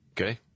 Okay